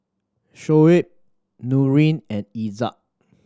Shoaib Nurin and Izzat